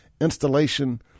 installation